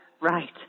right